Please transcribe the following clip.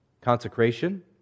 consecration